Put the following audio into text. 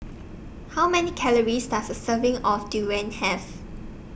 How Many Calories Does A Serving of Durian Have